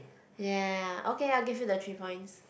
ya okay I'll give you the three points